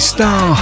Star